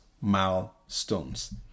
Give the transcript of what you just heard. milestones